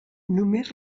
només